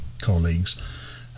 colleagues